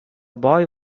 boy